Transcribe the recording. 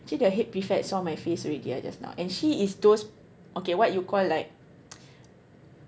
actually the head prefect saw my face already ah just now and she is those okay what you call like